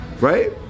right